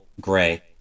gray